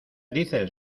dices